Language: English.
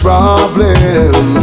Problem